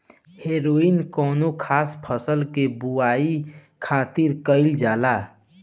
हैरोइन कौनो खास फसल के बोआई खातिर कईल जाला